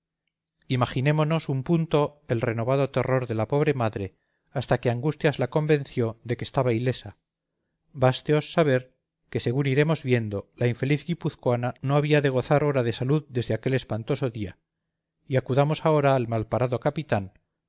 imaginémonos un punto el renovado terror de la pobre madre hasta que angustias la convenció de que estaba ilesa básteos saber que según iremos viendo la infeliz guipuzcoana no había de gozar hora de salud desde aquel espantoso día y acudamos ahora al malparado capitán